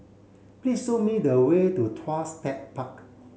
please show me the way to Tuas Tech Park